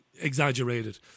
exaggerated